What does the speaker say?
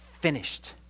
finished